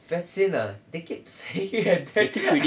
vaccine ah they keep saying and then